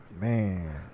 man